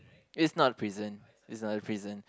it's not a prison it's not a prison